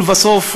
10. לבסוף,